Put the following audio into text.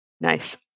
Nice